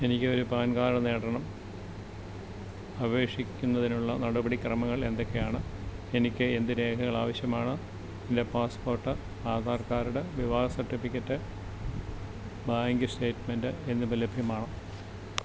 എനിക്ക് ഒരു PAN card നേടണം അപേക്ഷിക്കുന്നതിനുള്ള നടപടിക്രമങ്ങൾ എന്തക്കെയാണ് എനിക്ക് എന്ത് രേഖകൾ ആവശ്യമാണ് എന്റെ പാസ്പ്പോട്ട് ആധാർ ക്കാർഡ് വിവാഹ സർട്ടിഫിക്കറ്റ് ബാങ്ക് സ്റ്റേറ്റ്മെൻ്റ് എന്നിവ ലഭ്യമാണ്